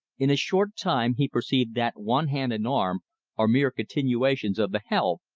in a short time he perceived that one hand and arm are mere continuations of the helve,